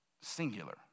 singular